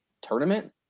tournament